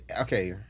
Okay